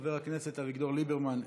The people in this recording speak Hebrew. חבר הכנסת אביגדור ליברמן,